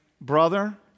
brother